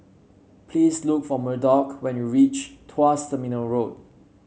please look for Murdock when you reach Tuas Terminal Road